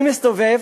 אני מסתובב,